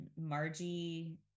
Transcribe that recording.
Margie